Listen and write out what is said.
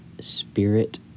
spirit